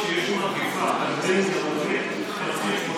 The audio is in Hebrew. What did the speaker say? שאני מקווה שאתה תטפל בו עכשיו,